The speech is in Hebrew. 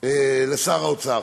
לשר האוצר: